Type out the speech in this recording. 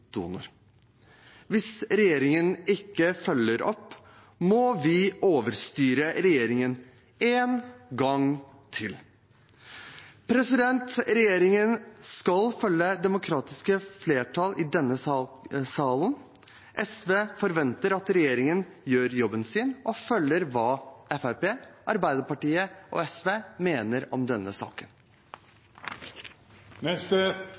donor. Hvis regjeringen ikke følger opp, må vi overstyre regjeringen – en gang til. Regjeringen skal følge demokratiske flertall i denne salen. SV forventer at regjeringen gjør jobben sin og følger det Fremskrittspartiet, Arbeiderpartiet og SV mener om denne